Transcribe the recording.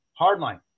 hardline